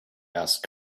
asked